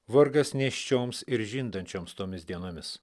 vargas nėščioms ir žindančioms tomis dienomis